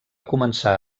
començar